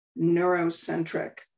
neurocentric